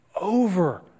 over